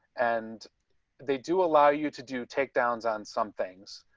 and they do allow you to do take downs on some things,